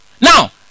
Now